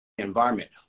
Environment